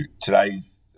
today's